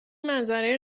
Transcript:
منظره